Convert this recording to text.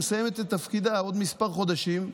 שמסיימת את תפקידה בעוד כמה חודשים,